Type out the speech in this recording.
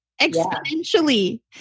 exponentially